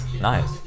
Nice